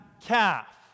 calf